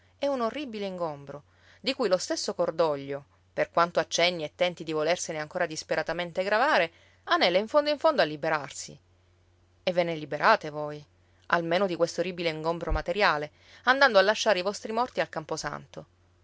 è un orribile ingombro di cui lo stesso cordoglio per quanto accenni e tenti di volersene ancora disperatamente gravare anela in fondo in fondo a liberarsi e ve ne liberate voi almeno di quest'orribile ingombro materiale andando a lasciare i vostri morti al camposanto